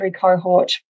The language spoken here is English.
cohort